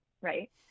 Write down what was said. right